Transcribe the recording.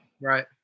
Right